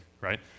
right